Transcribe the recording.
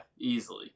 easily